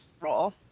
role